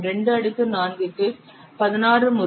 2 அடுக்கு 4 க்கு 16 முறை